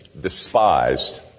despised